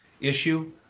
issue